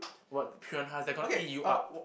what piranhas they're gone eat you up